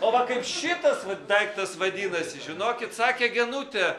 o va kaip šitas va daiktas vadinasi žinokit sakė genutė